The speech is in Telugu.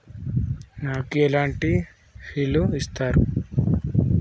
నాకు ఎలాంటి పాలసీ ఇస్తారు?